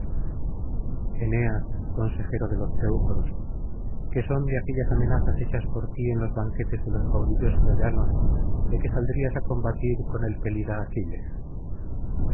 consejero de los teucros qué son de aquellas amenazas hechas por ti en los banquetes de los caudillos troyanos de que saldrías á combatir con el pelida aquiles